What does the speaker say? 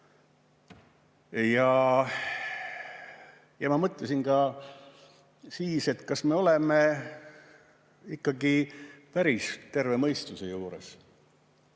Ma mõtlesin ka, et kas me oleme ikkagi päris terve mõistuse juures.